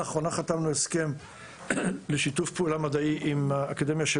לאחרונה חתמנו הסכם לשיתוף פעולה מדעי עם האקדמיה של